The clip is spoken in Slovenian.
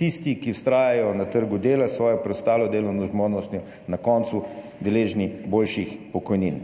tisti, ki vztrajajo na trgu dela s svojo preostalo delovno zmožnostjo, na koncu deležni boljših pokojnin.